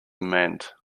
mend